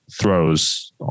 throws